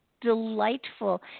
delightful